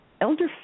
Elder